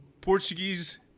portuguese